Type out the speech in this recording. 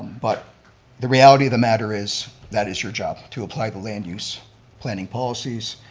but the reality of the matter is, that is your job, to apply the land use planning policies.